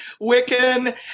Wiccan